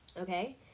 okay